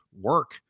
work